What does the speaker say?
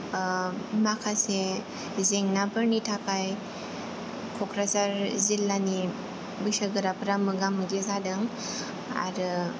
ओ माखासे जेंनाफोरनि थाखाय कक्राझार जिल्लानि बैसोगोराफोरा मोगा मोगि जादों आरो